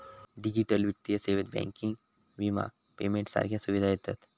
digital वित्तीय सेवेत banking, विमा, पेमेंट सारख्या सुविधा येतत